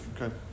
Okay